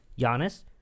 Giannis